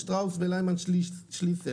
שטראוס וליימן שליסל,